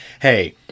hey